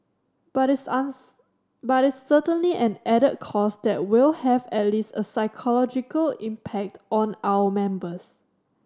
but it's but it's certainly an added cost that will have at least a psychological impact on our members